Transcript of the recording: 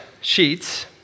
Sheets